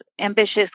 ambitious